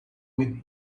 with